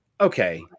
Okay